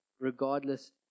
regardless